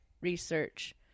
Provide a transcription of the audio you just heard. research